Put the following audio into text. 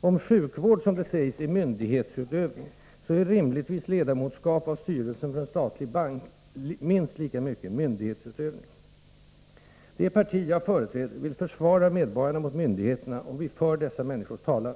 Om sjukvård, som det sägs, är myndighetsutövning, så är rimligtvis ledamotskap i styrelsen för en statlig bank minst lika mycket myndighetsutövning. Det parti jag företräder vill försvara medborgarna mot myndigheterna, och vi för dessa människors talan.